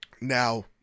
now